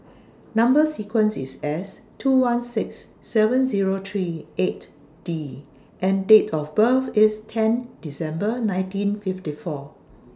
Number sequence IS S two one six seven Zero three eight D and Date of birth IS ten December nineteen fifty four